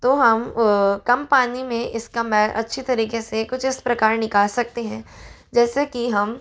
तो हम कम पानी में इसका मैल अच्छे तरीक़े से कुछ इस प्रकार निकाल सकते हैं जैसे कि हम